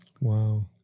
Wow